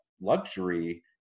luxury